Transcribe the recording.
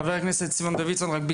חבר הכנסת סימון דוידסון, רק בקצרה,